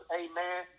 amen